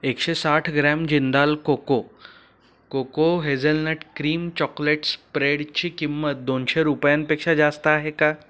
एकशे साठ gram Jindal cocoa cocoa hazelnut cream chocolate स्प्रेडची किंमत दोनशे रुपयांपेक्षा जास्त आहे का